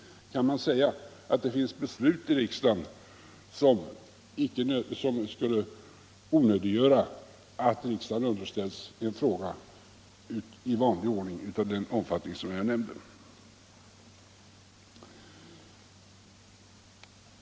Kan man säga att det finns beslut i riksdagen som skulle onödiggöra att riksdagen i vanlig ordning underställs en fråga av den omfattning som jag nämnde?